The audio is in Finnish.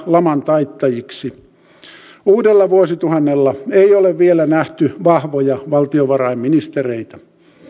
laman taittajiksi uudella vuosituhannella ei ole vielä nähty vahvoja valtiovarainministereitä